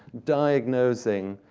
diagnosing,